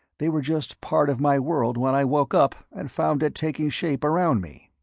they were just part of my world when i woke up and found it taking shape around me.